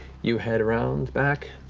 you head around back.